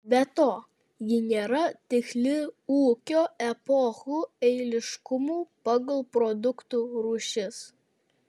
be to ji nėra tiksli ūkio epochų eiliškumu pagal produktų rūšis